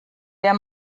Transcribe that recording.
der